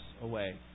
away